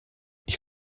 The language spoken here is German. ich